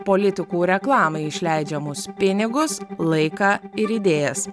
politikų reklamai išleidžiamus pinigus laiką ir idėjas